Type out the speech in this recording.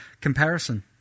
comparison